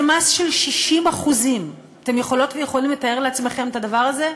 זה מס של 60%. אתם יכולים לתאר לעצמכם את הדבר הזה?